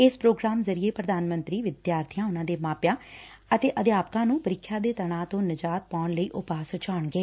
ਇਸ ਪ੍ਰੋਗਰਾਮ ਜ਼ਰੀਏ ਪ੍ਰਧਾਨ ਮੰਤਰੀ ਵਿਦਿਆਰਥੀਆਂ ਉਨਾਂ ਦੇ ਮਾਪਿਆਂ ਅਤੇ ਅਧਿਆਪਕਾਂ ਨੂੰ ਪ੍ਰੀਖਿਆ ਦੇ ਤਣਾਅ ਤੋਂ ਨਿਜਾਤ ਪਾਉਣ ਲਈ ਉਪਾਅ ਸੁਝਾਉਣਗੇ